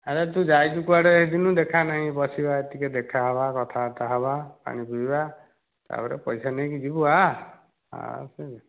ଆରେ ତୁ ଯାଇଛୁ କୁଆଡ଼େ ଏତେ ଦିନୁ ଦେଖାନାହିଁ ବସିବା ଟିକେ ଦେଖା ହେବା କଥାବାର୍ତ୍ତା ହେବା ପାଣି ପିଇବା ତା'ପରେ ପଇସା ନେଇକି ଯିବୁ ଆ ଆଉ କେମିତି